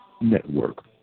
Network